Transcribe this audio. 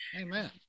Amen